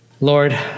Lord